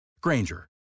Granger